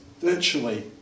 virtually